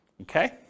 Okay